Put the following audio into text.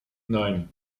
nein